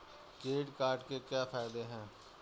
Credit card के क्या फायदे हैं?